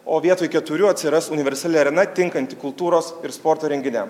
o vietoj keturių atsiras universali arena tinkanti kultūros ir sporto renginiam